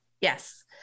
yes